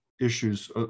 issues